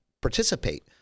participate